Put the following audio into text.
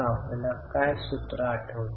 सुरुवातीस आणि शेवटी रोख आणि रोख समतुल्य दर्शवा